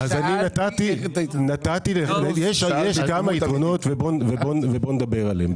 אז אני נתתי, יש כמה יתרונות ובואו נדבר עליהם.